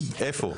איפה?